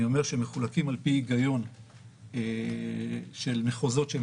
הם מחולקים על פי היגיון של מחוזות שהם